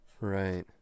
Right